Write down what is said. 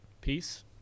Peace